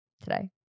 today